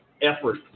Effort